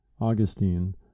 augustine